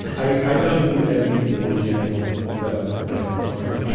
i don't need any more jangling than i'm getting already